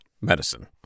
medicine